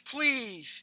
please